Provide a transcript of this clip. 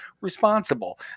responsible